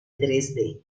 dresde